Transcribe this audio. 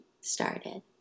started